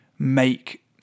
make